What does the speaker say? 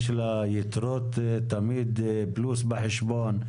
יש לה תמיד יתרות פלוס בחשבון,